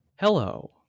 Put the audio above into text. Hello